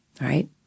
right